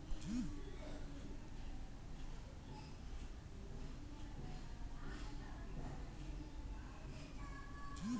ಮೂವತೊಂಬತ್ತು ಶತಕೋಟಿ ಡಾಲರ್ ಕೃಷಿ ಉತ್ಪನ್ನ ರಫ್ತುಮಾಡಿ ಭಾರತ ವಿಶ್ವದ ಏಳನೇ ದೊಡ್ಡ ರಫ್ತುದಾರ್ನಾಗಿದೆ